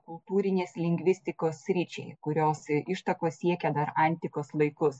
kultūrinės lingvistikos sričiai kurios ištakos siekia dar antikos laikus